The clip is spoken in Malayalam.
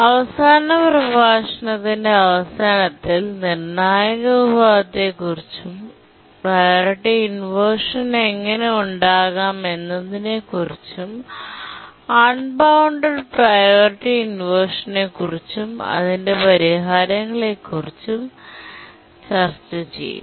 അവസാന പ്രഭാഷണത്തിന്റെ അവസാനത്തിൽ നിർണായക വിഭാഗത്തെക്കുറിച്ചും പ്രിയോറിറ്റി ഇൻവെർഷൻ എങ്ങനെ ഉണ്ടാകാമെന്നതിനെക്കുറിച്ചും അൺബൌണ്ടഡ് പ്രിയോറിറ്റി ഇൻവെർഷൻ ക്കുറിച്ചും അതിന്റെ പരിഹാരങ്ങളെക്കുറിച്ചും ചർച്ച ചെയ്യും